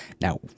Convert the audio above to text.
Now